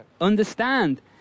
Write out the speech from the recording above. understand